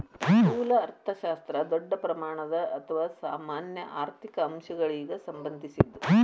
ಸ್ಥೂಲ ಅರ್ಥಶಾಸ್ತ್ರ ದೊಡ್ಡ ಪ್ರಮಾಣದ ಅಥವಾ ಸಾಮಾನ್ಯ ಆರ್ಥಿಕ ಅಂಶಗಳಿಗ ಸಂಬಂಧಿಸಿದ್ದು